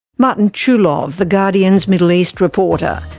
martin chulov, the guardian's middle east reporter.